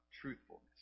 truthfulness